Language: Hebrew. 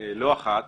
לא אחת,